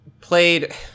played